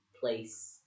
place